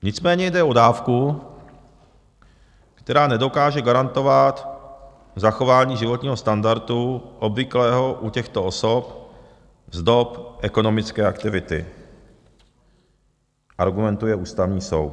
Nicméně jde o dávku, která nedokáže garantovat zachování životního standardu obvyklého u těchto osob z dob ekonomické aktivity, argumentuje Ústavní soud.